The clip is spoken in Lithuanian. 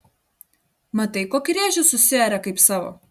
matai kokį rėžį susiarė kaip savo